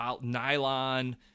nylon